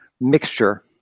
mixture